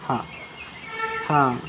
हां हां